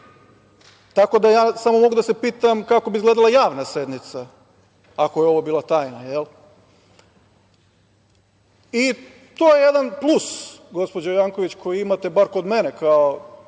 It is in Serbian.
Tako da, ja samo mogu da se pitam – kako bi izgledala javna sednica, ako je ovo bila tajna, jel? To je jedan plus, gospođo Janković, koji imate bar kod mene kao